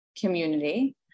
community